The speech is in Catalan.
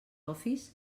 office